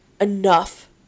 enough